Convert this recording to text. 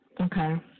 Okay